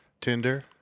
Tinder